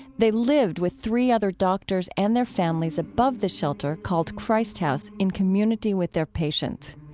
they lived with three other doctors and their families above the shelter called christ house, in community with their patients.